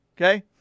okay